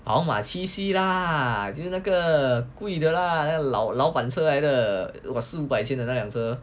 宝马就是那个贵的啦那辆车